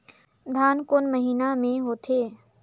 धान कोन महीना मे होथे?